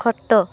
ଖଟ